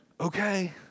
okay